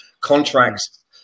contracts